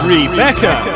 Rebecca